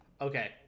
Okay